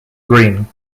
green